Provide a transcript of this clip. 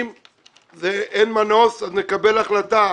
אם אין מנוס אז נקבל החלטה,